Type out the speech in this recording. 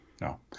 No